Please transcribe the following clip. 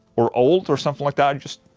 or old or something like that, just.